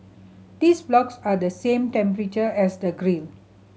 these blocks are the same temperature as the grill